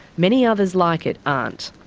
many others like it aren't.